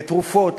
לתרופות,